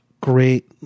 great